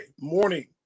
morning